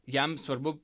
jam svarbu